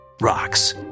rocks